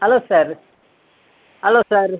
hello sir hello sir